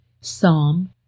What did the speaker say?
Psalm